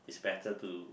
better to